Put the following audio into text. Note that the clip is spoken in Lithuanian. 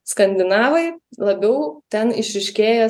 skandinavai labiau ten išryškėja